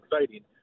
exciting